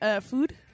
food